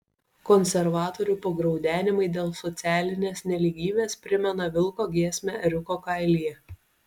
konservatorių pagraudenimai dėl socialinės nelygybės primena vilko giesmę ėriuko kailyje